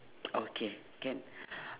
okay can